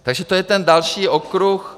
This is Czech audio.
Takže to je ten další okruh.